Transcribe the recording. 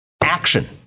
action